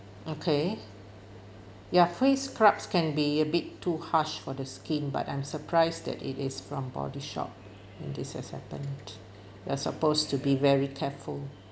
okay ya face scrubs can be a bit too harsh for the skin but I'm surprised that it is from body shop and this has happened ya supposed to be very careful